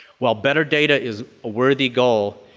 while better data is a worthy goal,